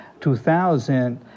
2000